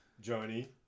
Johnny